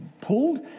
pulled